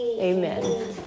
Amen